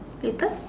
later